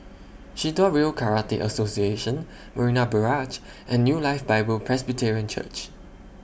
Shitoryu Karate Association Marina Barrage and New Life Bible Presbyterian Church